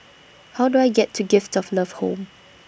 How Do I get to Gift of Love Home